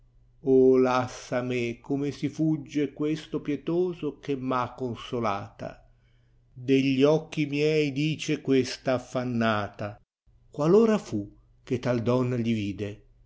o lassa me come si fugge questo pietoso che m ha consolata degli occhi miei dice questa affannata qualora fu che